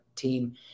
team